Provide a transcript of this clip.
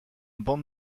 bande